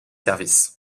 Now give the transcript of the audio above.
services